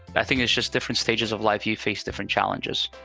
i think it's just different stages of life. you face different challenges.